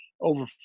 over